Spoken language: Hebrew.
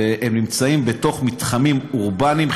והן נמצאות בתוך מתחמים אורבניים,